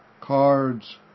cards